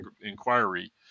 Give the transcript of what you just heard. inquiry